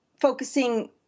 focusing